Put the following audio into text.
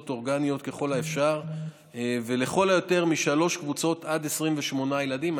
אורגניות ככל האפשר ולכל היותר משלוש קבוצות עד 28 ילדים,